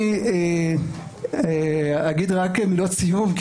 אני אגיד מילות סיום,